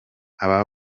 aba